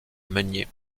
meunier